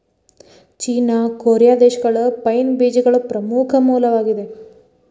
ಚೇನಾ, Korea ದೇಶಗಳು pine ಬೇಜಗಳ ಪ್ರಮುಖ ಮೂಲವಾಗಿದೆ